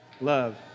Love